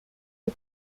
les